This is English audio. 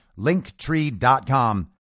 linktree.com